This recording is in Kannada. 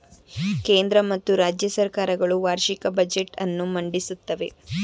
ಕೇಂದ್ರ ಮತ್ತು ರಾಜ್ಯ ಸರ್ಕಾರ ಗಳು ವಾರ್ಷಿಕ ಬಜೆಟ್ ಅನ್ನು ಮಂಡಿಸುತ್ತವೆ